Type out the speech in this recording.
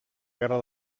guerra